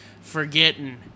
Forgetting